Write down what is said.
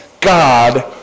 God